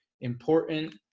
important